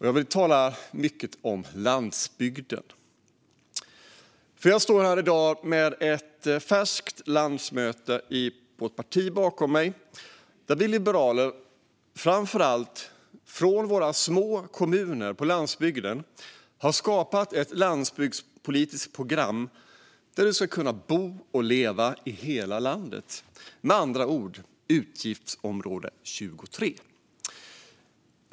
Jag vill tala mycket om landsbygden. Jag står här i dag med ett färskt landsmöte i vårt parti bakom mig. Vi liberaler, framför allt från små kommuner på landsbygden, har skapat ett landsbygdspolitiskt program för att människor ska kunna bo och leva i hela landet. Det handlar med andra ord om utgiftsområde 23.